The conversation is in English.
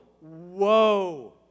Whoa